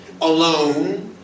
alone